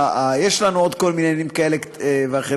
יש לנו עוד כל מיני עניינים כאלה ואחרים